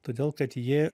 todėl kad ji